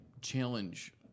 challenge